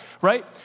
Right